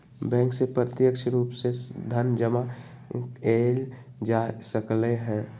bank से प्रत्यक्ष रूप से धन जमा एइल जा सकलई ह